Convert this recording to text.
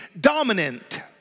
dominant